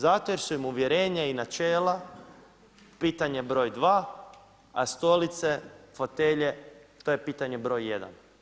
Zato jer su im uvjerenja i načela pitanje broj dva, a stolice, fotelje to je pitanje broj jedan.